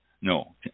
No